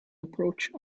approached